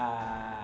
আর